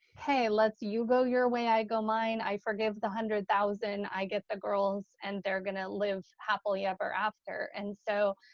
hey, let's you go your way, i go mine. i forgive the one hundred thousand, i get the girls, and they're going to live happily ever after. and so,